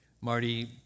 Marty